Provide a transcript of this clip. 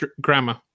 grammar